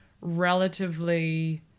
relatively